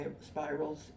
spirals